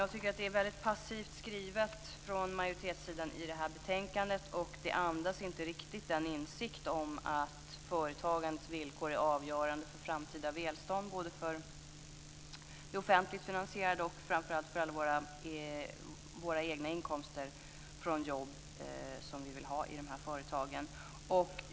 Jag tycker att det är en mycket passiv skrivning från majoritetens sida i detta betänkande, och det andas inte riktigt den insikt om att företagandets villkor är avgörande för framtida välstånd, både för det offentligt finansierade och framför allt för alla våra egna inkomster från jobb som vi vill ha i dessa företag.